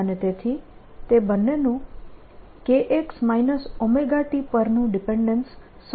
અને તેથી તે બંનેનું kx ωt પરનું ડિપેન્ડેન્સ સમાન હોવું જોઈએ